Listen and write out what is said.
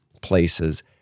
places